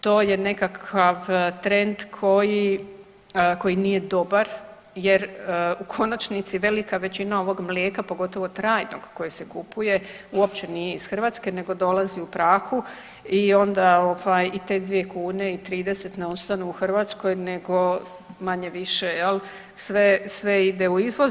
To je nekakav koji, koji nije dobar jer u konačnici velika većina ovog mlijeka pogotovo trajnog koje se kupuje uopće nije iz Hrvatske nego dolazi u prahu i onda ovaj i te 2 kune i 30 ne ostanu u Hrvatskoj nego manje-više jel sve, sve ide u izvoz.